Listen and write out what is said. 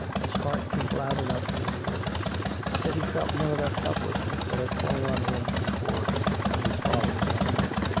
his heart beat loud enough in his ears yet he felt none of that help lessness that had fallen on him before when his father was angry.